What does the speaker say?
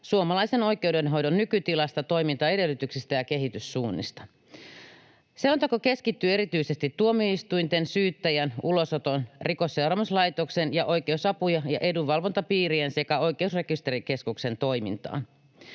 suomalaisen oikeudenhoidon nykytilasta, toimintaedellytyksistä ja kehityssuunnista. Selonteko keskittyy erityisesti tuomioistuinten, syyttäjän, ulosoton, Rikosseuraamuslaitoksen ja oikeusapu‑ ja edunvalvontapiirien sekä Oikeusrekisterikeskuksen toimintaan.